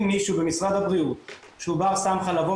אם מישהו במשרד הבריאות שהוא בר סמכא לבוא